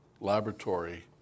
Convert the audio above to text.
Laboratory